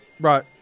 Right